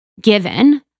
given